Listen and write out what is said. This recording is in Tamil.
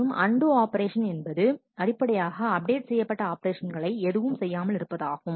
மற்றும் அண்டு ஆப்ரேஷன் என்பது அடிப்படையாக அப்டேட் செய்யப்பட்ட ஆபரேஷன்களை எதுவும் செய்யாமல் இருப்பதாகும்